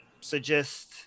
suggest